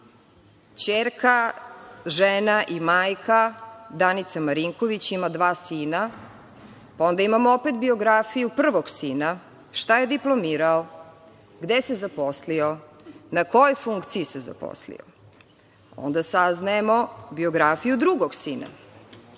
ćerka, žena i majka Danica Marinković, ima dva sina. Onda imamo opet biografiju prvog sina, šta je diplomirao, gde se zaposlio, na kojoj funkciji se zaposlio. Onda saznajemo biografiju drugog sina,